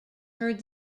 heard